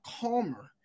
calmer